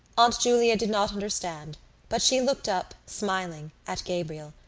aunt julia did not understand but she looked up, smiling, at gabriel,